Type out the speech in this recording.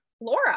Laura